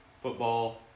football